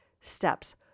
steps